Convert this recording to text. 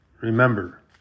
Remember